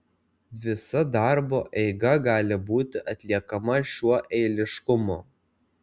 visa darbo eiga gali būti atliekama šiuo eiliškumu